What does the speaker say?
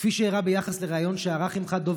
כפי שאירע ביחס לריאיון שערך עימך דב